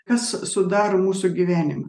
kas sudaro mūsų gyvenimą